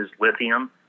lithium